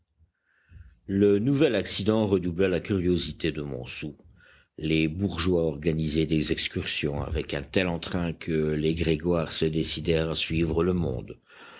le nouvel accident redoubla la curiosité de montsou les bourgeois organisaient des excursions avec un tel entrain que les grégoire se décidèrent à suivre le monde